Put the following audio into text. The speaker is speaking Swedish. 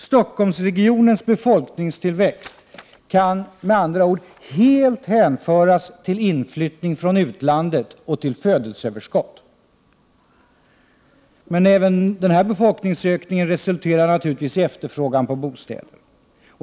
Stockholmsregionens befolkningstillväxt kan med andra ord helt hänföras till inflyttning från utlandet och till födelseöverskott. Men även denna befolkningsökning resulterar naturligtvis i efterfrågan på bostäder.